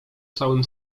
całym